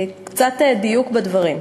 קצת דיוק בדברים,